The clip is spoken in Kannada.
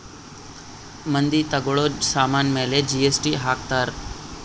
ಮಂದಿ ತಗೋಳೋ ಸಾಮನ್ ಮೇಲೆ ಜಿ.ಎಸ್.ಟಿ ಹಾಕ್ತಾರ್